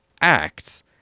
acts